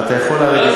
לא,